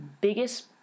biggest